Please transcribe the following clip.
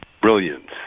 brilliance